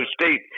State